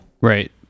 Right